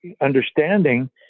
understanding